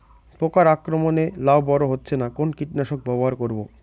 পোকার আক্রমণ এ লাউ বড় হচ্ছে না কোন কীটনাশক ব্যবহার করব?